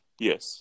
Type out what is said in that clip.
yes